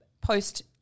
post